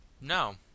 no